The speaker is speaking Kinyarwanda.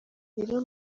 rero